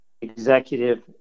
executive